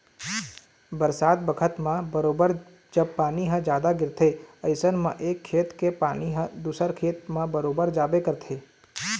बरसात बखत म बरोबर जब पानी ह जादा गिरथे अइसन म एक खेत के पानी ह दूसर खेत म बरोबर जाबे करथे